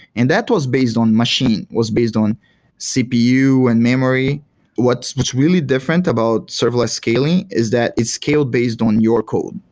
and that was based on machine, was based on cpu and memory what's what's really different about serverless scaling is that it's scaled based on your code,